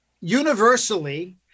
universally